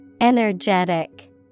Energetic